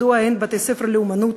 מדוע אין בתי-ספר לאמנות?